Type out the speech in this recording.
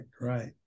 right